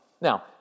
Now